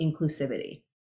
inclusivity